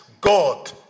God